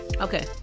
okay